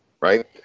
right